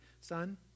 Son